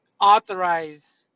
authorize